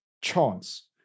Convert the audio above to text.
chance